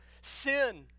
sin